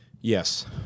Yes